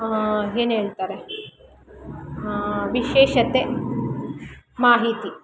ಏನು ಹೇಳ್ತಾರೆ ವಿಶೇಷತೆ ಮಾಹಿತಿ